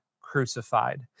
crucified